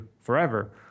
forever